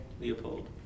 Leopold